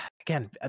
again